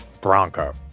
bronco